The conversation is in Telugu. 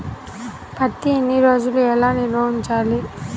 పత్తి ఎన్ని రోజులు ఎలా నిల్వ ఉంచాలి?